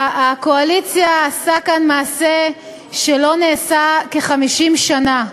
הקואליציה עשתה כאן מעשה שלא נעשה כ-50 שנה.